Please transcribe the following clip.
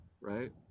right